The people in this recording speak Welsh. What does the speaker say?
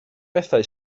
bethau